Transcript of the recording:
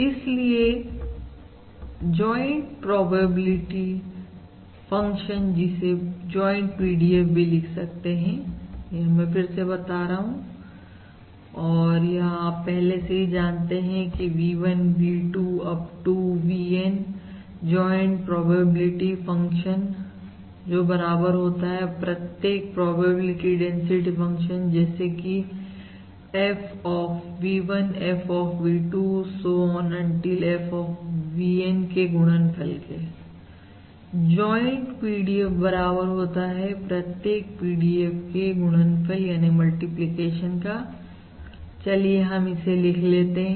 इसलिए joint probability function जिसे joint PDF भी लिख सकते हैं यह मैं फिर से बता रहा हूं और यह आप पहले से भी जानते हैं की V1 V2 Up to VN joint probability function बराबर होता है प्रत्येक प्रोबेबिलिटी डेंसिटी फंक्शन जैसे कि F of V1 F of V2 so on until F of VN के गुणनफल के जॉइंट PDF बराबर होता है प्रत्येक PDF के गुणनफल का चलिए हम इसे लिख लेते हैं